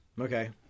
Okay